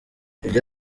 ibyo